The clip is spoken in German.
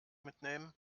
mitnehmen